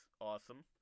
awesome